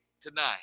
tonight